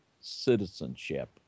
citizenship